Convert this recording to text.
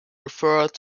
referred